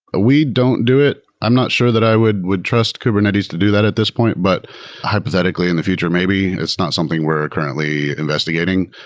we don't do it. i'm not sure that i would would trust kubernetes to do that at this point, but hypothetically, in the future maybe. it's not something we're currently investigating.